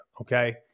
okay